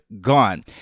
gone